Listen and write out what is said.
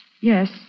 Yes